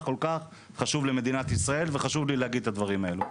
כל כך חשוב למדינת ישראל וחשוב לי להגיד את הדברים האלה.